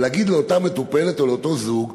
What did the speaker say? ולהגיד לאותה מטופלת או לאותו זוג: